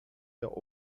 der